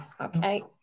Okay